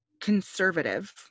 conservative